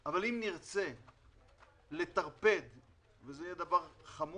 ואני אמשיך להישאר כי אני חושבת שלעיר הזאת מגיע הרבה.